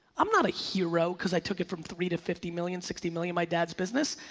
i'm not a hero cause i took it from three to fifty million, sixty million, my dad's business.